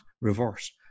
reverse